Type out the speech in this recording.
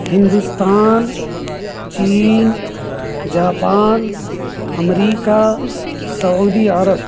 ہندوستان چین جاپان امریکہ سعودی عرب